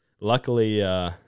Luckily